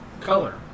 color